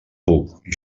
puc